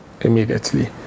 immediately